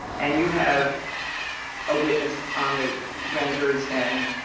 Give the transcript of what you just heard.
and you have a witness on the grand jury stand,